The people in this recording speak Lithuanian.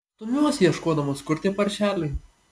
stumiuosi ieškodamas kur tie paršeliai